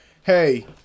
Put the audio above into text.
hey